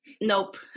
nope